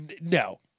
No